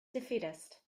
defeatist